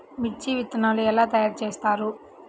మిర్చి విత్తనాలు ఎలా తయారు చేస్తారు?